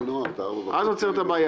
ארגוני נוער, דרך אגב,